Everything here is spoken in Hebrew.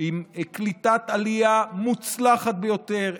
עם קליטת עלייה מוצלחת ביותר,